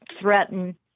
threaten